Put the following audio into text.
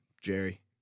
jerry